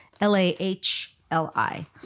L-A-H-L-I